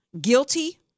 guilty